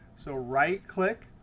so right click,